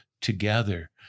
together